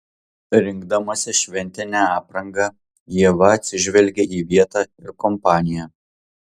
rinkdamasi šventinę aprangą ieva atsižvelgia į vietą ir kompaniją